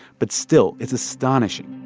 but still, it's astonishing.